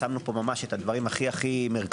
שמנו פה ממש את הדברים הכי מרכזיים.